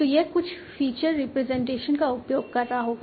तो यह कुछ फीचर रिप्रेजेंटेशन का उपयोग कर रहा होगा